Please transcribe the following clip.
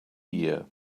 year